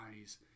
eyes